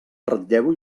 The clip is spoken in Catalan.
ratlleu